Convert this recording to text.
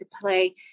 play